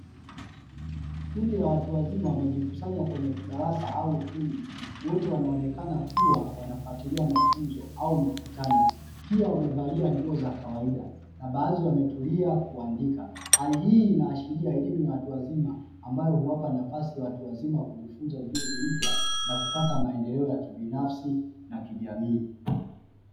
Kundi la watu wazima wamejikusanya kwenye darasa au ukumbi. Wote wanaonekana kuwa wanafuatilia mafunzo au mkutano, pia wamevalia nguo za kawaida na baadhi wametulia na kuandika. Hali hii inaashiria elimu ya watu wazima, ambayo huwapa watu wazima kujifunza ujuzi mpya na kupata maendeleo ya kibinafsi na kijamii.